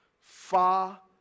far